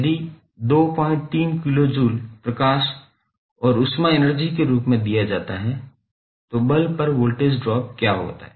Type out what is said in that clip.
यदि 23 kilo joule प्रकाश और ऊष्मा एनर्जी के रूप में दिया जाता है तो बल्ब पर वोल्टेज ड्रॉप क्या होता है